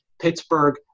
Pittsburgh